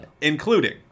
Including